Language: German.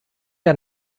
der